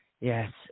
Yes